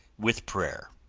with prayer.